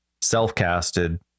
self-casted